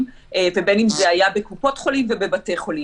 ובין אם זה היה בקופות חולים ובבתי חולים,